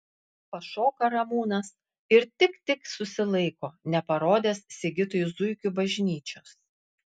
pašoka ramūnas ir tik tik susilaiko neparodęs sigitui zuikių bažnyčios